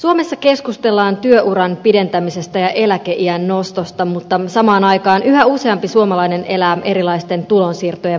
suomessa keskustellaan työuran pidentämisestä ja eläkeiän nostosta mutta samaan aikaan yhä useampi suomalainen elää erilaisten tulonsiirtojen varassa